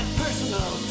personal